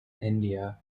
india